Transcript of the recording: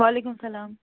وعلیکُم السلام